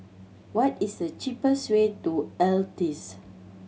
what is the cheapest way to Altez